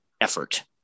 effort